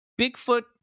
Bigfoot